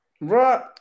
right